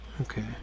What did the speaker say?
Okay